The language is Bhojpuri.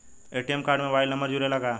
ए.टी.एम कार्ड में मोबाइल नंबर जुरेला का?